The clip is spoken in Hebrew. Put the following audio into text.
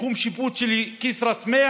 בתחום השיפוט של כסרא-סמיע,